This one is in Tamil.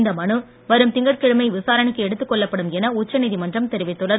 இந்த மனு வரும் திங்கட்கிழமை விசாரணைக்கு எடுத்துக் கொள்ளப்படும் என உச்ச நீதிமன்றம் தெரிவித்துள்ளது